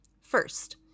First